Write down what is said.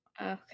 okay